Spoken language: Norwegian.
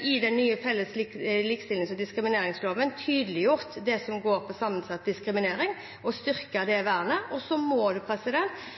i den nye felles likestillings- og diskrimineringsloven tydeliggjort det som går på sammensatt diskriminering, og styrket det vernet. Så må det